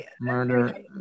murder